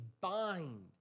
bind